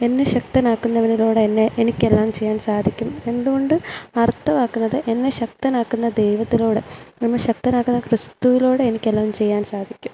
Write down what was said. എന്നെ ശക്തനാക്കുന്നവനിലൂടെ എന്നെ എനിക്ക് എല്ലാം ചെയ്യാൻ സാധിക്കും എന്തുകൊണ്ട് അർത്ഥമാക്കുന്നത് എന്നെ ശക്തനാക്കുന്ന ദൈവത്തിനോട് നമ്മെ ശക്തനാക്കുന്ന ക്രിസ്തുവിലൂടെ എനിക്കെല്ലാം ചെയ്യാൻ സാധിക്കും